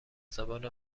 زبان